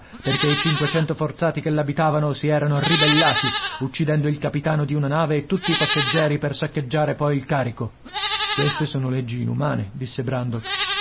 perché i cinquecento forzati che l'abitavano si erano ribellati uccidendo il capitano di una nave e tutti i passeggeri per saccheggiare poi il carico queste sono leggi inumane disse brandok